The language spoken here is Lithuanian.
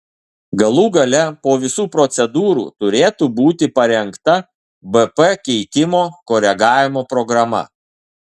galų gale po visų procedūrų turėtų būti parengta bp keitimo koregavimo programa